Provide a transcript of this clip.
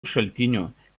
šaltinių